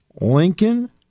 Lincoln